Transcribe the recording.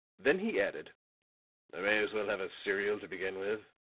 then he added i may as well have a cereal to begin with,